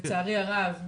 לצערי הרב --- לא,